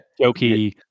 jokey